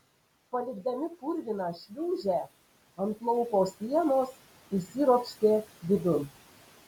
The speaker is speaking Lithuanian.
palikdami purviną šliūžę ant lauko sienos įsiropštė vidun